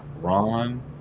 Ron